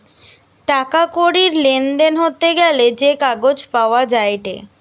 টাকা কড়ির লেনদেন হতে গ্যালে যে কাগজ পাওয়া যায়েটে